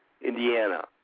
Indiana